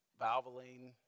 valvoline